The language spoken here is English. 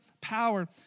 power